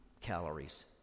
calories